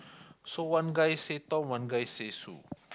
so one guy say Tom one guy say Sue